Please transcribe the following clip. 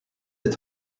est